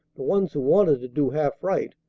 the ones who wanted to do half right,